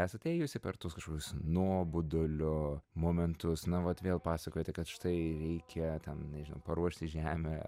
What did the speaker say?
esate ėjusi per tuos kažkokius nuobodulio momentus na vat vėl pasakojote kad štai reikia ten nežinau paruošti žemę